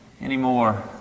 anymore